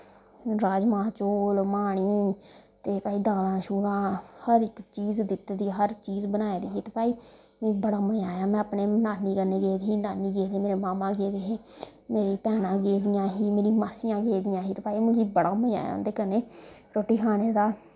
राजमा चौल म्हानी ते भाई दालां शूलां हर इक चीज़ दित्ती दी हर इक चीज़ बनाई दी ते भाई मीं बड़ा मज़ा आया में अपनी नानी कन्नै गेदी ही नानी गेदे हे मेरे मामा गेदे हे मेरियां भैना गेदियां हीं ते मेरियां मासियां गेदियां हीं ते भाई मिकी बड़ा मज़ा आया उनमदे कन्ने रुट्टी खाने दा